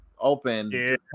open